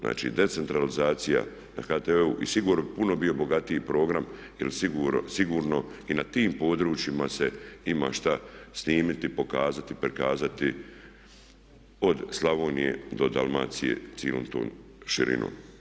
Znači decentralizacija na HTV-u, i sigurno, puno bi bio bogatiji program, jer sigurno i na tim područjima se ima šta snimiti i pokazati, prikazati od Slavonije do Dalmacije cijelom tom širinom.